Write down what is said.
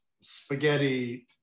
spaghetti